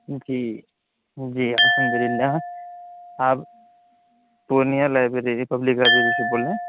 جی جی الحمد للہ آپ پورنیہ لائبریری پبلک لائبریری سے بول رہے ہیں